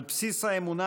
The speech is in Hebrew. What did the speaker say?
על בסיס האמונה